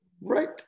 Right